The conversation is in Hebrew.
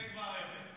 זה כבר יפה.